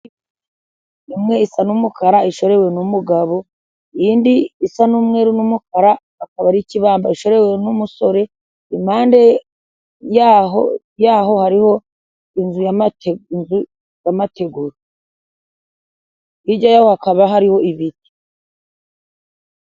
Imwe isa n'umukara ishorewe n'umugabo, indi isa n'umweru n'umukara, akaba ari ikibamba ishorewe n'umusore impande y'aho hariho inzu y'amategura hirya y'aho hakaba hariho ibiti.